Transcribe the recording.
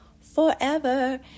forever